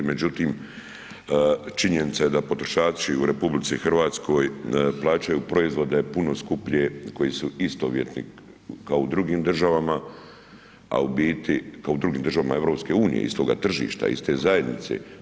Međutim, činjenica je da potrošači u RH plaćaju proizvode puno skuplje koji su istovjetni kao u drugim državama, a u biti, kao u drugim državama EU istoga tržišta, iste zajednice.